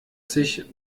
sich